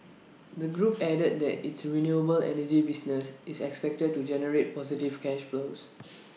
the group added that its renewable energy business is expected to generate positive cash flows